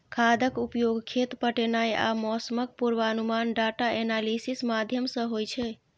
खादक उपयोग, खेत पटेनाइ आ मौसमक पूर्वानुमान डाटा एनालिसिस माध्यमसँ होइ छै